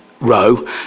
row